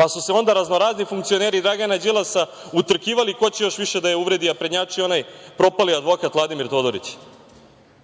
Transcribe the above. pa su se onda raznorazni funkcioneri Dragana Đilasa utrkivali ko će još više da je uvredi, a prednjačio je onaj propali advokat Vladimir Todorić?O